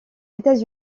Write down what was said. états